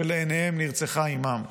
שלעיניהם נרצחה אימם.